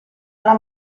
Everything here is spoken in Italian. alla